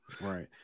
Right